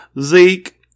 Zeke